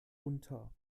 unter